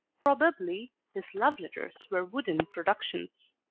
probably his love letters were wooden productions,